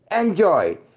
Enjoy